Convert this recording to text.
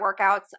workouts